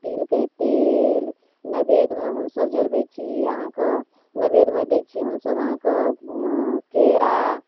तिलके तेल नैवेद्यमे हमसभ जरबै छी अहाँके नैवेद्यमे दै छी हमसभ अहाँके केरा